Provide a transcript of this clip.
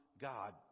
God